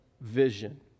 vision